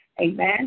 Amen